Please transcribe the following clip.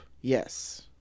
Yes